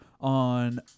on